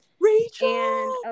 Rachel